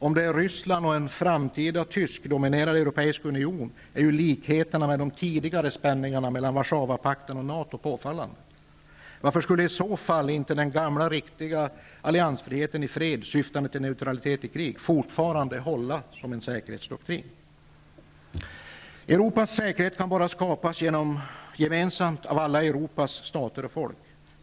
Om det är Ryssland och en framtida tyskdominerad europeisk union är ju likheterna mellan de tidigare spänningarna mellan Warszawapakten och NATO påfallande. Varför skulle i så fall inte den gamla riktiga alliansfriheten i fred, syftande till neutralitet i krig fortfarande hålla som säkerhetsdoktrin? Europas säkerhet kan bara skapas gemensamt av alla Europas stater och folk.